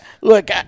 Look